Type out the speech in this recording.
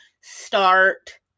Start